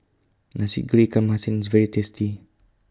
Nasi Goreng Ikan Masin IS very tasty